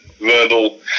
verbal